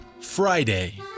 Friday